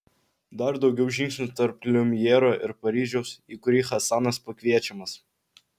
dar daugiau žingsnių tarp liumjero ir paryžiaus į kurį hasanas pakviečiamas